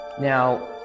Now